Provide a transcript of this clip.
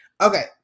Okay